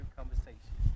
conversation